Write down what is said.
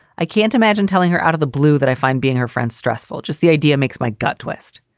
i can't imagine telling her out of the blue that i find being her friend stressful. just the idea makes my gut twist.